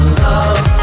love